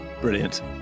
brilliant